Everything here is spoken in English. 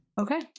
Okay